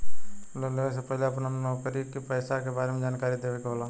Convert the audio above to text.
Loan लेवे से पहिले अपना नौकरी पेसा के बारे मे जानकारी देवे के होला?